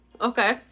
Okay